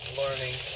learning